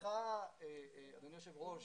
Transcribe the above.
אותם צעירים שרובם הגדול התחנכו וגדלו על